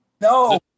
no